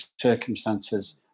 circumstances